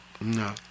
No